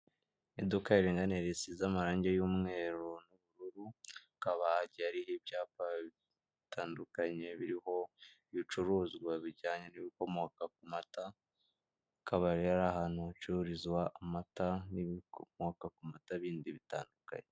Iduka riringaniye frisize amarangi y'umweru n'ubururu hakaba hagiye hariho ibyapa bitandukanye, biriho ibicuruzwa bijyanye n'ibikomoka ku mata, hakaba ari ahantu hacururizwa amata n'ibikomoka ku mata n'bindi bitandukanye.